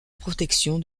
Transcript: protection